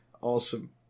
Awesome